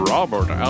Robert